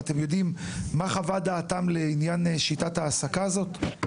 אתם יודעים מהי חוות דעתם לעניין שיטת ההעסקה הזו?